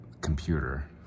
computer